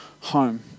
home